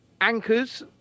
anchors